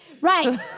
right